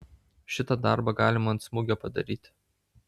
šitą darbą galima ant smūgio padaryti